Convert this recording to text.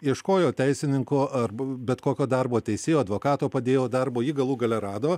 ieškojo teisininko arba bet kokio darbo teisėjo advokato padėjėjo darbo jį galų gale rado